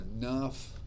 enough